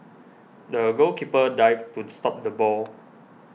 the goalkeeper dived to stop the ball